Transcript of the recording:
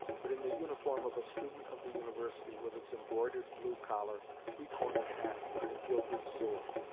but in the uniform of a student of the university, with its embroidered blue collar, three-cornered hat, and gilded sword.